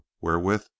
wherewith